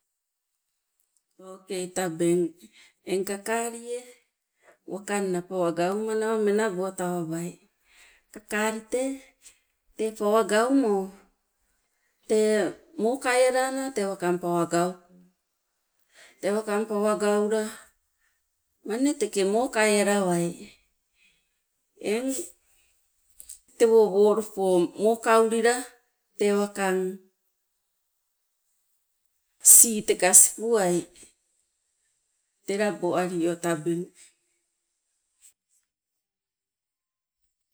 Okei tabeng eng kakalie wakanna pawa gaumanawa menabo tawabai, kakali tee pawa gaumo tee mokai alana tee waking pawa gauko. Tee wakang pawa gaula manne teke mokai alawai eng tewo wolupo mokaulila tee wakang sii teka sipuwai. Te laboalio tabeng